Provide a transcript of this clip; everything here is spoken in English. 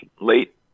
late